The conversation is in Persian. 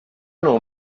نوع